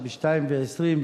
ב-02:20,